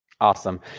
Awesome